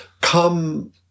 Come